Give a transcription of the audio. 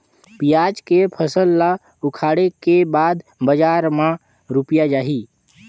पियाज के फसल ला उखाड़े के बाद बजार मा रुपिया जाही?